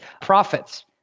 profits